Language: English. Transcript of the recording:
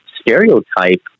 stereotype